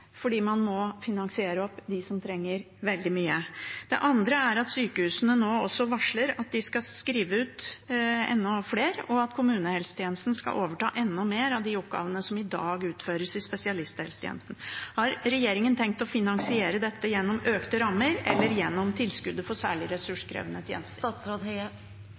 fordi man må finansiere opp de som trenger veldig mye. Det andre er at sykehusene nå også varsler at de skal skrive ut enda flere, og at kommunehelsetjenesten skal overta enda flere av de oppgavene som i dag utføres i spesialisthelsetjenesten. Har regjeringen tenkt å finansiere dette gjennom økte rammer eller gjennom tilskuddet for særlig ressurskrevende tjenester?